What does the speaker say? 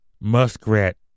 muskrat